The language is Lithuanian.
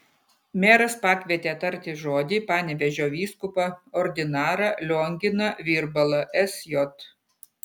meras pakvietė tarti žodį panevėžio vyskupą ordinarą lionginą virbalą sj